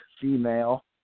female